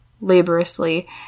laboriously